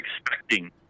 expecting